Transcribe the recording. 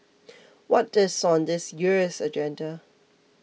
what is on this year's agenda